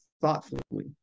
thoughtfully